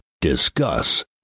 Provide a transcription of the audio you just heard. discuss